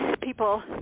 people